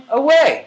away